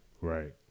Right